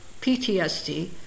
PTSD